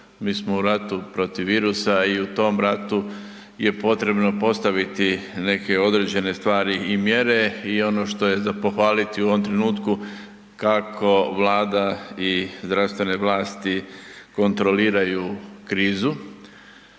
Mi smo u ratu protiv virusa i u tom ratu je potrebno postaviti neke određene stvari i mjere. I ono što je za pohvaliti u ovom trenutku kako Vlada i zdravstvene vlasti kontroliraju krizu.